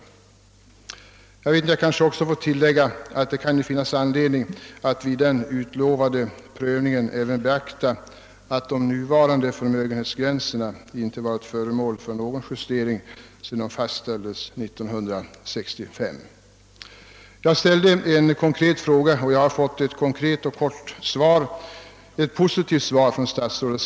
Jag vill tillägga att det kan finnas anledning att vid den utlovade prövningen även beakta att de nuvarande förmögenhetsgränserna inte varit föremål för någon justering sedan de fastställdes 1965. Jag ställde en konkret fråga, och jag har fått ett konkret och positivt svar av statsrådet.